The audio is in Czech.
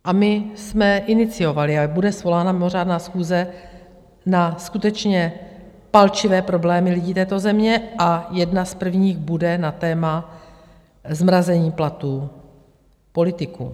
A my jsme iniciovali a bude svolána mimořádná schůze na skutečně palčivé problémy lidí této země a jedna z prvních bude na téma zmrazení platů politiků.